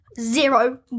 zero